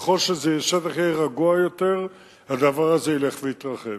ככל שהשטח יהיה רגוע יותר הדבר הזה ילך ויתרחב.